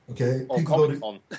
okay